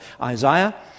Isaiah